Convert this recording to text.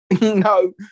No